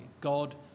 God